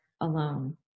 alone